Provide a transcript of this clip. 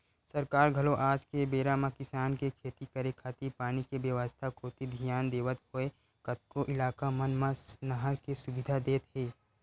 सरकार घलो आज के बेरा म किसान के खेती करे खातिर पानी के बेवस्था कोती धियान देवत होय कतको इलाका मन म नहर के सुबिधा देत हे